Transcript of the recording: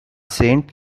saint